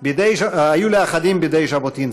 בידי ז'בוטינסקי: